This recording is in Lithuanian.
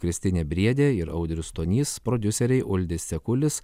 kristinė briedė ir audrius stonys prodiuseriai uldis cekulis